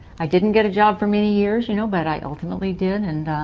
i didn't get a job for many years, you know but i ultimately did. and